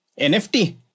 NFT